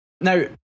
Now